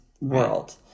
world